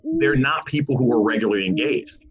they're not people who are regularly engaged,